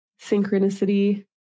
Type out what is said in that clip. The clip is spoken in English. synchronicity